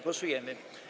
Głosujemy.